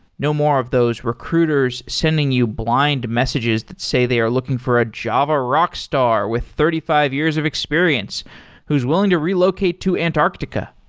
no more of those recruiters sending you blind messages that say they are looking for a java rock star with thirty five years of experience who's willing to relocate to antarctica.